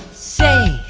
safe!